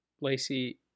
Lacey